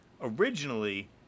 originally